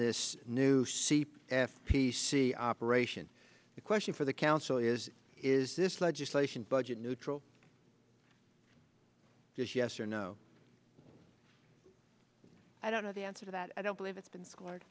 this new seep f p c operation the question for the council is is this legislation budget neutral yes yes or no i don't know the answer to that i don't believe it's been s